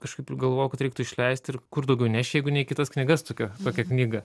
kažkaip pagalvojau kad reiktų išleisti kur daugiau neši jeigu ne į kitas knygas tokią tokia knygą